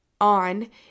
on